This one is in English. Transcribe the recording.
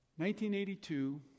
1982